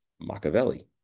Machiavelli